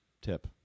tip